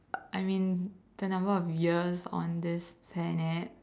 I mean the number of years on this planet